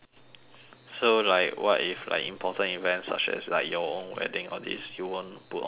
so like what if like important events such as like your own wedding all this you won't put on makeup